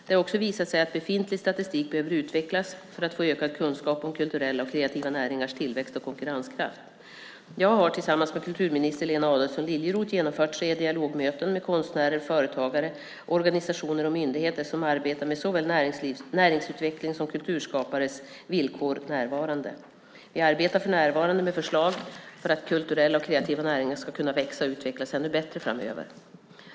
Det har också visat sig att befintlig statistik behöver utvecklas för att få ökad kunskap om kulturella och kreativa näringars tillväxt och konkurrenskraft. Jag har tillsammans med kulturminister Lena Adelsohn Liljeroth genomfört tre dialogmöten med konstnärer, företagare, organisationer och myndigheter som arbetar med såväl näringsutveckling som kulturskapares villkor. Vi arbetar för närvarande med förslag för att kulturella och kreativa näringar ska kunna växa och utvecklas ännu bättre framöver.